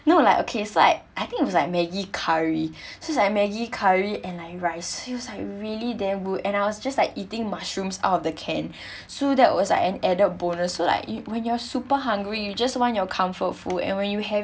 no like okay so like I think it was like maggi curry so its like maggi curry and like rice it was really damn good and I was just like eating mushrooms out of the canned so that was like an added bonus so like when you're super hungry you just want your comfort food and when you have